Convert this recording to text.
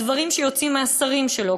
הדברים שיוצאים מהשרים שלו,